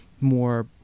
more